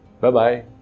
Bye-bye